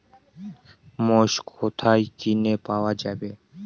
মোষ কোথায় কিনে পাওয়া যাবে?